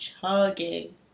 Chugging